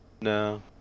No